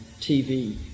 TV